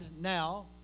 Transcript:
now